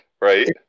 Right